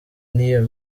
n’iyo